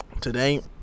Today